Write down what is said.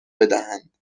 بدهند